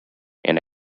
and